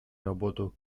работу